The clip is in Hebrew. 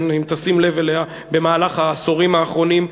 אם תשים לב אליה במהלך העשורים האחרונים.